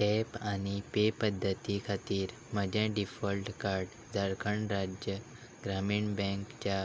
tap आनी pay पद्दती खातीर म्हजें डिफॉल्ट कार्ड झारखंड राज्य ग्रामीण बँकच्या